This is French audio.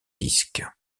disque